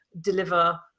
deliver